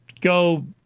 go